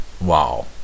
wow